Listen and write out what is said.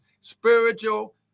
spiritual